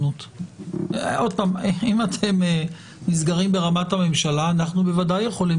אם כן, מה הרעיון?